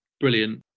Brilliant